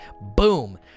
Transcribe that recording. Boom